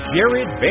Jared